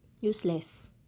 Useless